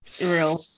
real